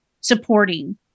supporting